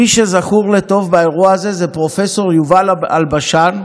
מי שזכור לטוב באירוע הזה הוא פרופ' יובל אלבשן,